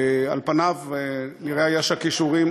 על פניו נראה היה שהכישורים,